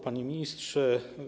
Panie Ministrze!